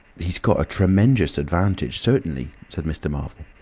he's got a tremenjous advantage, certainly, said mr. marvel.